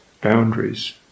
boundaries